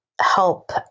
help